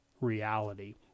reality